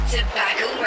Tobacco